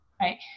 Right